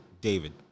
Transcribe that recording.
David